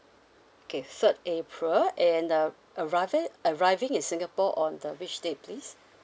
okay third april and uh arrivi~ arriving in singapore on the which date please